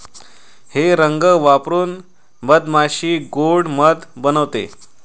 हे रंग वापरून मधमाशी गोड़ मध बनवते